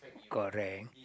correct